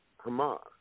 Hamas